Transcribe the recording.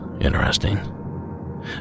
interesting